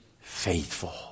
faithful